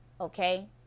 Okay